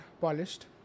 polished